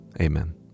Amen